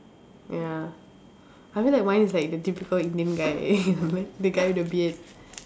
ya I feel like mine is like the typical indian guy the guy with the beard